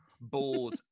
bored